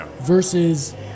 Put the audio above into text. versus